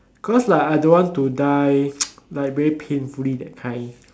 cause like I don't want to die like very painfully that kind